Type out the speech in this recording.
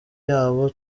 y’abo